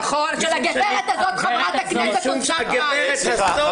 נכון, של הגברת הזאת חברת הכנסת אוסנת מארק.